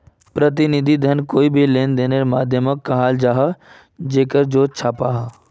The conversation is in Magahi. प्रतिनिधि धन कोए भी लेंदेनेर माध्यामोक कहाल जाहा जे कगजोत छापाल हो